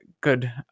good